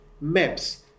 maps